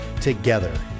together